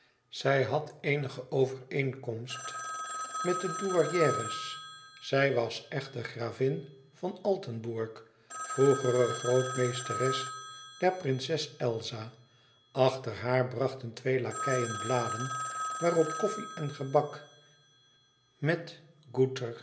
zij had eenige overeenkomst met de douairières zij was echter gravin von altenburg vroegere grootmeesteres der prinses elsa achter haar brachten twee lakeien bladen waarop koffie en gebak het